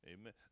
Amen